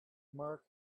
mark